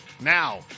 Now